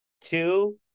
Two